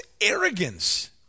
arrogance